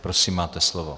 Prosím, máte slovo.